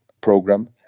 program